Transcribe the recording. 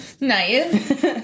Nice